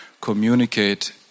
communicate